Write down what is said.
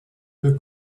peu